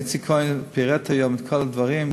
איציק כהן פירט היום את כל הדברים,